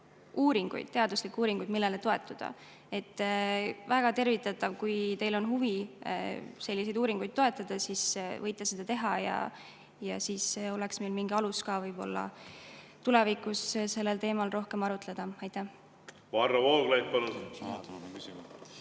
teaduslikke uuringuid, millele toetuda. Väga tervitatav, kui teil on huvi selliseid uuringuid toetada, te võite seda teha. Siis oleks meil mingi alus võib-olla tulevikus sellel teemal rohkem arutleda. Varro Vooglaid, palun!